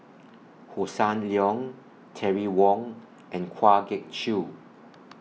Hossan Leong Terry Wong and Kwa Geok Choo